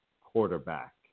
quarterback